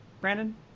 Brandon